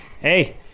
hey